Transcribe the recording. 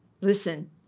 listen